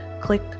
click